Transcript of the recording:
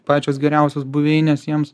pačios geriausios buveinės jiems